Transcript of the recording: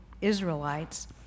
Israelites